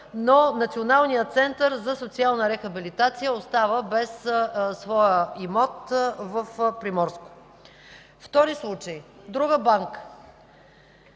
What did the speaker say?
но Националният център за социална рехабилитация остава без своя имот в Приморско. Втори случай. Друга банка